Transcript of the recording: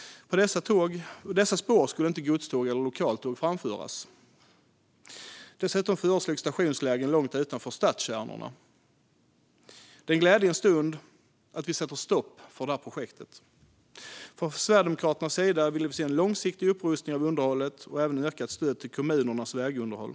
På dessa spår skulle inte godståg eller lokaltåg framföras. Dessutom föreslogs stationslägen långt utanför stadskärnorna. Det är en glädjens stund att vi sätter stopp för detta projekt. Från Sverigedemokraternas sida vill vi se en långsiktig upprustning av underhållet och även ett ökat stöd till kommunernas vägunderhåll.